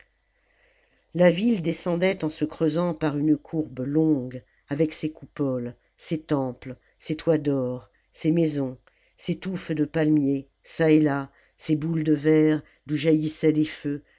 la ville descendait en se creusant par une courbe longue avec ses coupoles ses temples ses toits d'or ses maisons ses touffes de palmiers çà et là ses boules de verre d'où jaillissaient des feux